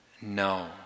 no